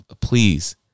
please